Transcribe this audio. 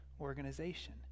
organization